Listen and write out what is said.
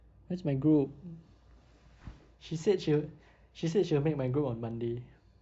where's my group she said she wi~ she said she will make my group on monday